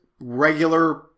regular